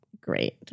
great